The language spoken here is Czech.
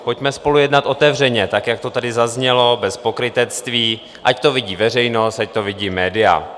Pojďme spolu jednat otevřeně, tak, jak to tady zaznělo, bez pokrytectví, ať to vidí veřejnost, ať to vidí média.